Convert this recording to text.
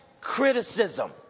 criticism